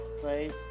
please